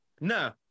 No